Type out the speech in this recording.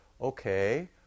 okay